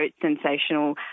sensational